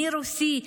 מי רוסי,